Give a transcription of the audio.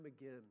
again